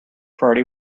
party